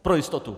Pro jistotu.